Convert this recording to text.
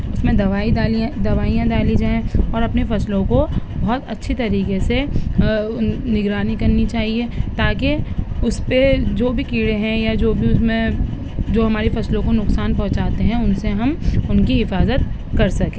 اس میں دوائی دالیاں دوائیاں ڈالی جائیں اور اپنے فصلوں کو بہت اچھی طریقے سے نگرانی کرنی چاہیے تاکہ اس پہ جو بھی کیڑے ہیں یا جو بھی اس میں جو ہماری فصلوں کو نقصان پہنچاتے ہیں ان سے ہم ان کی حفاظت کر سکیں